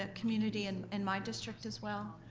ah community in and my district as well.